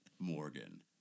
Morgan